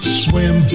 swim